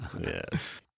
Yes